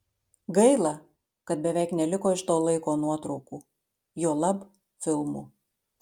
gaila kad beveik neliko iš to laiko nuotraukų juolab filmų